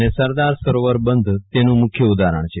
અને સરદાર સરોવર બંધ તેનું મુખ્ય ઉદાહરણ છે